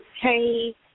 Hey